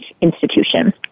institution